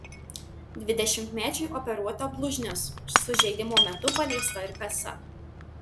dvidešimtmečiui operuota blužnis sužeidimo metu paliesta ir kasa